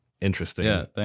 interesting